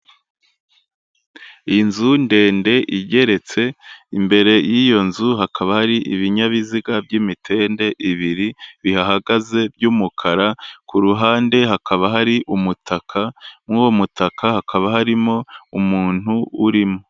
Inzu ndende igeretse, imbere y'iyo nzu hakaba hari ibinyabiziga by'imitende ibiri bihahagaze by'umukara; ku ruhande hakaba hari umutaka, muri uwo mutaka hakaba harimo umuntu urimo.